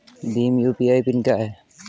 Bhim UPI PIN क्या है?